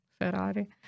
Ferrari